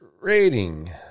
Rating